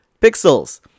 Pixels